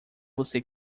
você